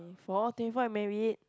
four twenty four and married